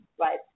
right